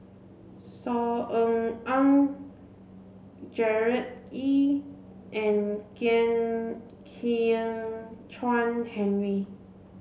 Saw Ean Ang Gerard Ee and Kwek Hian Chuan Henry